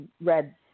read